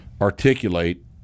articulate